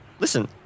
Listen